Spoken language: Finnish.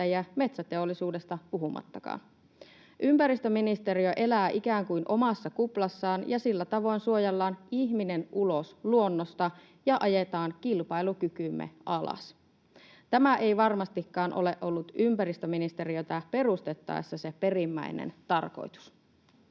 metsäteollisuudesta puhumattakaan. Ympäristöministeriö elää ikään kuin omassa kuplassaan, ja sillä tavoin suojellaan ihminen ulos luonnosta ja ajetaan kilpailukykymme alas. Tämä ei varmastikaan ole ollut ympäristöministeriötä perustettaessa se perimmäinen tarkoitus.